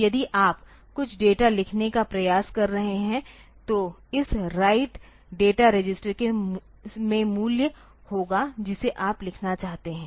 तो यदि आप कुछ डेटा लिखने का प्रयास कर रहे हैं तो इस राइट डेटा रजिस्टर में मूल्य होगा जिसे आप लिखना चाहते हैं